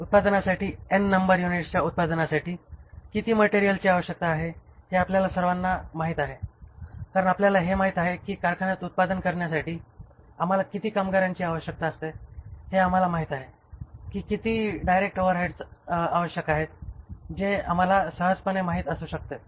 उत्पादनासाठी N number युनिटच्या उत्पादनासाठी किती मटेरिअलची आवश्यकता आहे हे आपल्या सर्वांना माहित आहे कारण आपल्याला हे माहित आहे की कारखान्यात उत्पादन तयार करण्यासाठी आम्हाला किती कामगारांची आवश्यकता असते हे आम्हाला माहित आहे की किती डायरेक्ट ओव्हरहेड आवश्यक आहेत जे आम्हाला सहजपणे हे माहित असू शकते